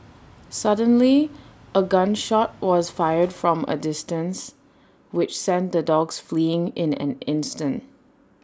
suddenly A gun shot was fired from A distance which sent the dogs fleeing in an instant